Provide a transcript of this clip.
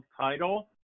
title